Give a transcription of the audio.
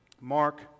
Mark